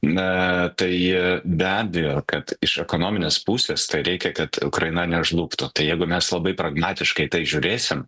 na tai be abejo kad iš ekonominės pusės tai reikia kad ukraina nežlugtų tai jeigu mes labai pragmatiškai tai žiūrėsim